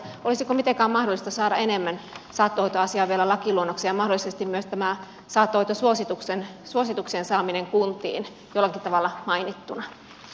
olisiko mitenkään mahdollista saada enemmän saattohoitoasiaa vielä lakiluonnokseen ja mahdollisesti myös saattohoitosuosituksen saaminen kuntiin jollakin tavalla mainittuna